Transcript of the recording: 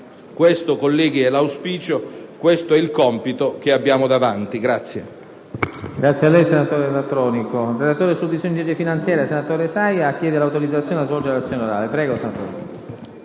Questo, colleghi, è l'auspicio; questo è il compito che abbiamo davanti.